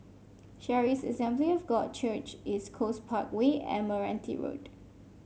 Charis Assembly of God Church East Coast Parkway and Meranti Road